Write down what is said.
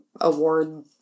award